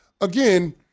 again